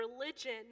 religion